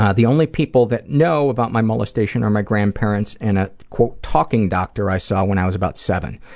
ah the only people that know about my molestation are my grandparents and a talking doctor i saw when i was about seven.